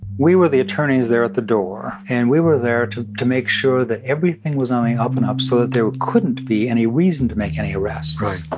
we were the attorneys there at the door, and we were there to to make sure that everything was on the up-and-up so that there couldn't be any reason to make any arrests